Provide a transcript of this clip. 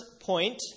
point